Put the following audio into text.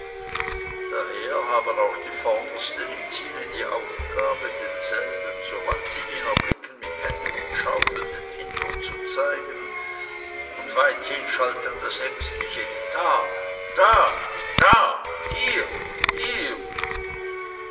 daher haben auch die vordersten im ziele die aufgabe denselben sobald sie ihn erblicken mit händen und schaufeln den hintern zu zeigen und weithin schallt dann das ängstliche da da da da hier hier